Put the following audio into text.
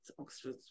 Oxford